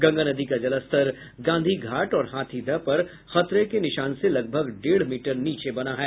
गंगा नदी का जलस्तर गांधी घाट और हाथीदह पर खतरे के निशान से लगभग डेढ़ मीटर नीचे बना हुआ है